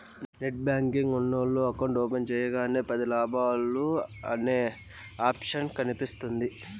net banking ఉన్నోల్లు account open సెయ్యగానే పది లావాదేవీలు అనే ఆప్షన్ కనిపిస్తుంది